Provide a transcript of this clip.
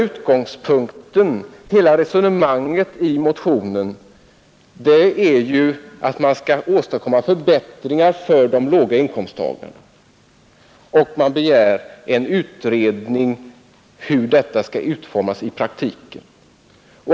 Utgångspunkten för hela resonemanget i motionen är ju att man skall åstadkomma förbättringar för låginkomsttagarna, och man begär alltså en utredning om hur dessa förbättringar skall utformas i praktiken.